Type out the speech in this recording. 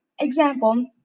example